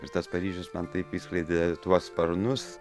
ir tas paryžius man taip išskleidė sparnus